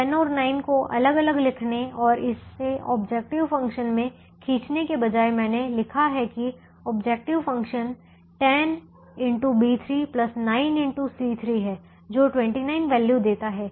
10 और 9 को अलग अलग लिखने और इसे ऑब्जेक्टिव फ़ंक्शन में खींचने के बजाय मैंने लिखा है कि ऑब्जेक्टिव फ़ंक्शन 10xB3 9xC3 है जो 29 वैल्यू देता है